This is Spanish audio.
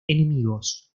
enemigos